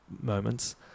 moments